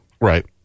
right